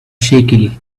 shakily